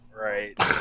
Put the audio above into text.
right